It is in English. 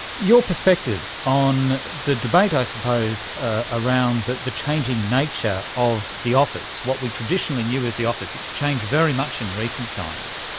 your perspective on the debate i suppose ah around the the changing nature of the office, what we traditionally knew as the office, it has changed very much in recent times.